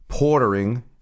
portering